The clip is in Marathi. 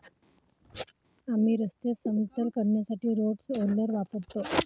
आम्ही रस्ते समतल करण्यासाठी रोड रोलर वापरतो